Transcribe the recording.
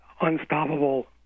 unstoppable